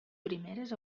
primeres